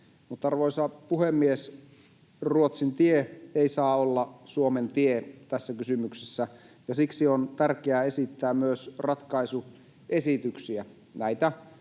Arvoisa puhemies! Ruotsin tie ei saa olla Suomen tie tässä kysymyksessä, ja siksi on tärkeää esittää myös ratkaisuesityksiä. Näitä